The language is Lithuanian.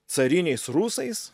cariniais rusais